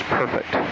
perfect